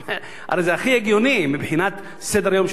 הרי זה הכי הגיוני מבחינת סדר-היום של הכנסת.